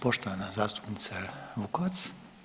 Poštovana zastupnica Vukovac.